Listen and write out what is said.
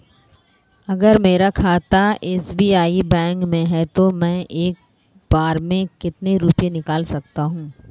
अगर मेरा खाता एस.बी.आई बैंक में है तो मैं एक बार में कितने रुपए निकाल सकता हूँ?